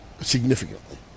significantly